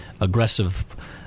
aggressive